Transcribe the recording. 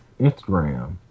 Instagram